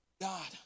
God